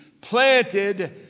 planted